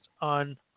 on